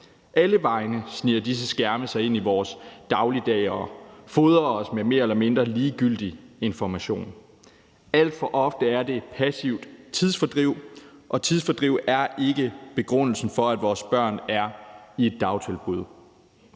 Alle vegne sniger disse skærme sig ind i vores dagligdag og fodrer os med mere eller mindre ligegyldig information. Alt for ofte er det passivt tidsfordriv, og tidsfordriv er ikke begrundelsen for, at vores børn er i et dagtilbud.